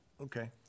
Okay